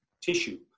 tissue